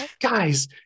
Guys